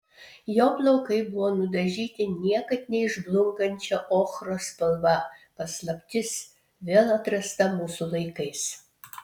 jo plaukai buvo nudažyti niekad neišblunkančia ochros spalva paslaptis vėl atrasta mūsų laikais